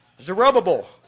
Zerubbabel